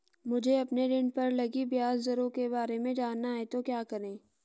मुझे अपने ऋण पर लगी ब्याज दरों के बारे में जानना है तो क्या करें?